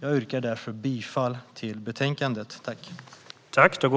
Jag yrkar därför bifall till utskottets förslag.